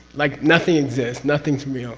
like, nothing exists, nothing's real,